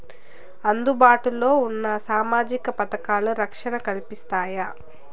అందుబాటు లో ఉన్న సామాజిక పథకాలు, రక్షణ కల్పిస్తాయా?